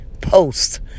post